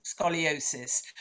scoliosis